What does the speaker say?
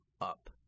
up